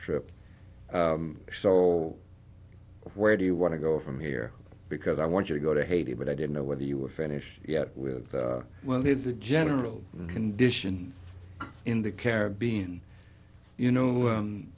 trip so where do you want to go from here because i want you to go to haiti but i didn't know whether you were finished yet well there's a general condition in the caribbean you know